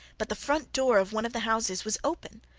but the front door of one of the houses was open,